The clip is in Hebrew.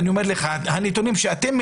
אני חושב שזה דבר